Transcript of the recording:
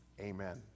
amen